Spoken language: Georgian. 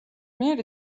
მიერ